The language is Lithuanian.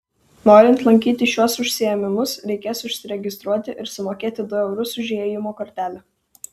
norint lankyti šiuos užsiėmimus reikės užsiregistruoti ir sumokėti du eurus už įėjimo kortelę